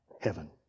heaven